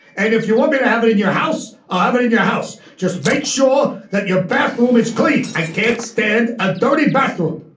and if you want me to have it in your house, i'll have it in your house. just make sure that your bathroom is clean. i can't stand a dirty bathroom